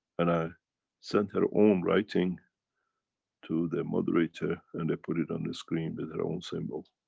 and i sent her own writing to the moderator, and they put it on the screen with her own symbol.